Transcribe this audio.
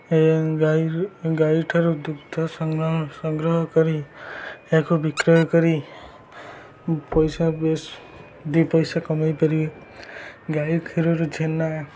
ଏ ଗାଈ ଗାଈଠାରୁ ଦୁଗ୍ଧ ସଂଗ୍ରହ କରି ଏହାକୁ ବିକ୍ରୟ କରି ପଇସା ବେଶ୍ ଦୁଇ ପଇସା କମେଇ ପାରିବେ ଗାଈ କ୍ଷୀରରୁ ଛେନା